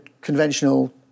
conventional